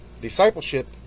discipleship